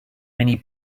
many